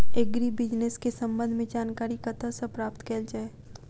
Agri business केँ संबंध मे जानकारी कतह सऽ प्राप्त कैल जाए?